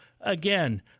Again